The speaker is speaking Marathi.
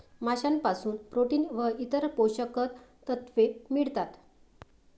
माशांपासून प्रोटीन व इतर पोषक तत्वे मिळतात